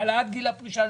אלא רק לגברים.